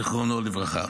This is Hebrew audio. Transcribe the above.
זיכרונו לברכה.